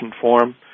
form